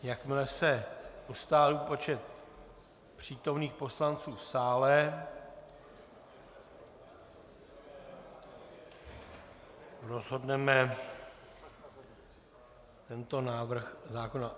Jakmile se ustálí počet přítomných poslanců v sále, rozhodneme tento návrh zákona.